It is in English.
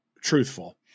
truthful